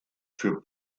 für